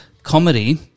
comedy